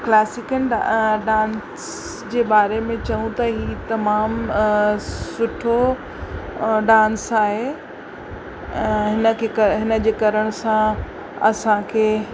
classical dance जे बारे में चऊं त ई तमामु सुठो डांस आहे हिनके हिनजे करण सां असांखे